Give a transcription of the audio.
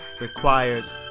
requires